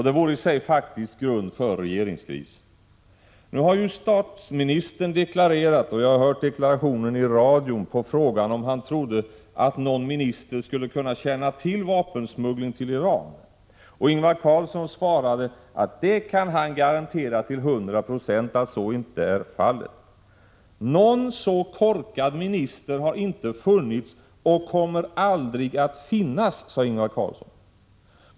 Det vore i sig faktiskt grund för en regeringskris. Nu har ju statsministern avgett en deklaration. Jag har hört deklarationen i radion som svar på frågan om någon minister skulle kunna känna till vapensmuggling till Iran. Ingvar Carlsson svarade att han till 100 96 kan garantera att så inte är fallet. Någon så korkad minister har inte funnits och kommer aldrig att finnas, sade Ingvar Carlsson.